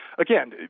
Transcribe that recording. again